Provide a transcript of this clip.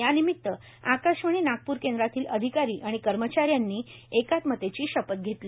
तसंच आकाशवाणी नागप्र केंद्रातील अधिकारी आणि कर्मचार्यांनी एकात्मतेची शपथ घेतली